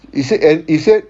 is it and is it